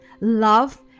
love